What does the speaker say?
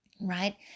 right